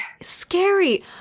Scary